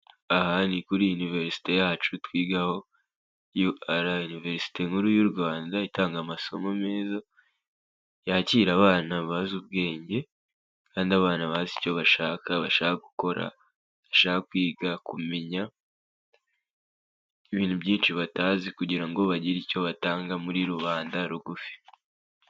Aha ni kuri Universite yacu twigaho UR Universite nkuru y'u Rwanda itanga amasomo meza yakira abana bazi ubwenge kandi abana bazi icyo bashaka bashaka gukora, bashaka kwiga kumenya ibintu byinshi batazi kugira ngo bagire icyo batanga muri rubanda rugufi.